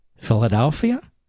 Philadelphia